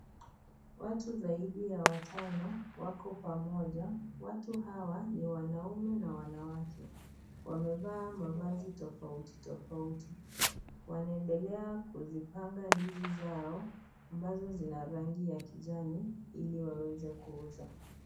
Watu zaidi ya watano wako pamoja. Watu hawa ni wanaume na wanawake. Wamevaa mavazi tofauti tofauti. Wanaendelea kuzipanga ndizi zao ambazo zina rangi ya kijani Ili waweze kuuza.